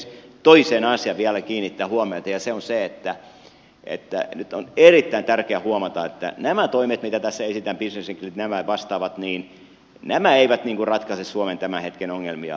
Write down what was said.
minä toiseen asiaan vielä kiinnitän huomiota ja se on se että nyt on erittäin tärkeä huomata että nämä toimet mitä tässä esitetään bisnesenkelit ja nämä vastaavat eivät ratkaise suomen tämän hetken ongelmia